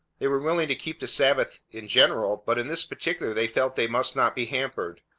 they were willing to keep the sabbath in general, but in this particular they felt they must not be hampered.